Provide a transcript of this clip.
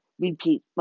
Repeat